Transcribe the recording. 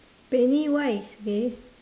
pennywise okay